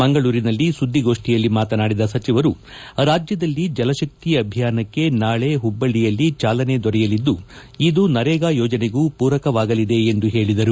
ಮಂಗಳೂರಿನಲ್ಲಿ ಸುದ್ಧಿಗೋಷ್ಠಿಯಲ್ಲಿ ಮಾತನಾಡಿದ ಸಚಿವರು ರಾಜ್ಯದಲ್ಲಿ ಜಲಕಕ್ಕೆ ಅಭಿಯಾನಕ್ಕೆ ನಾಳೆ ಹುಬ್ಬಳ್ಳಿಯಲ್ಲಿ ಚಾಲನೆ ದೊರೆಯಲಿದ್ದು ಇದು ನರೇಗಾ ಯೋಜನೆಗೂ ಪೂರಕವಾಗಲಿದೆ ಎಂದು ಹೇಳದರು